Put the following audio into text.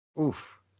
Oof